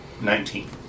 Nineteen